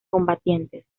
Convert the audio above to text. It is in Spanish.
combatientes